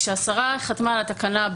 כשהשר חתם על התקנה,